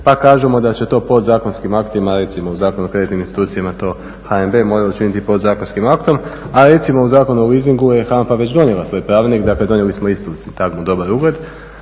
pa kažemo da će to podzakonskim aktima, recimo u Zakonu o kreditnim institucijama to HNB mora učiniti podzakonskim aktom, a recimo u Zakonu o leasingu je HANFA već donijela svoj pravilnik, dakle donijeli smo istu sintagmu dobar ugled.